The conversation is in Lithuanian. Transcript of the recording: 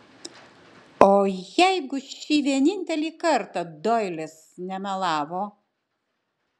o jeigu šį vienintelį kartą doilis nemelavo